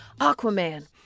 Aquaman